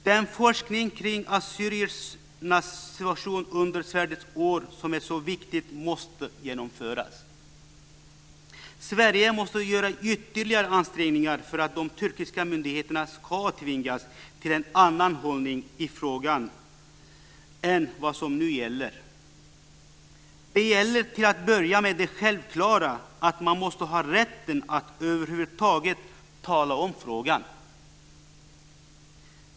Den forskning kring assyriernas situation under svärdets år som är så viktig måste genomföras. Sverige måste göra ytterligare ansträngningar för att de turkiska myndigheterna ska tvingas till en annan hållning i frågan än vad som nu gäller. Det gäller till att börja med det självklara i att man måste ha rätten att över huvud taget tala om frågan.